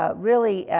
ah really,